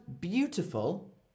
beautiful